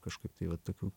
kažkaip tai va tokių